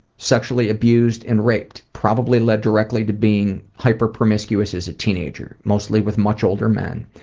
sexually abused and raped, probably led directly to being hyper-promiscuous as a teenager, mostly with much older men.